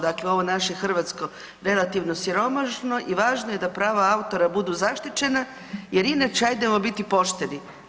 Dakle, ovo naše hrvatsko relativno siromašno i važno je da prava autora budu zaštićena jer inače hajdemo biti pošteni.